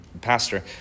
pastor